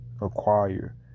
acquire